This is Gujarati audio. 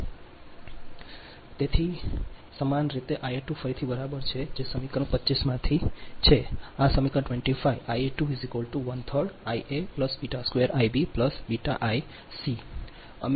1 તેથી સમાન રીતે Ia2 ફરીથી બરાબર છે જે સમીકરણ 25 માંથી છે આ સમીકરણ 25